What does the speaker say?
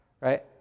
right